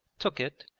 took it,